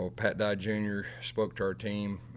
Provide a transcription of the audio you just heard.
ah pat dye jr. spoke to our team,